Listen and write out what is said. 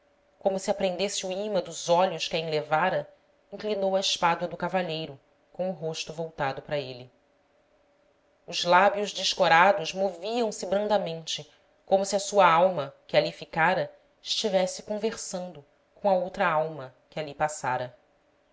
como se a prendesse o ímã dos olhos que a enlevara inclinou à espádua do cavalheiro com o rosto voltado para ele os lábios descorados moviam-se brandamente como se a sua alma que ali ficara estivesse conversando com a outra alma que ali passara